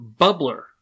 bubbler